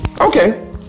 Okay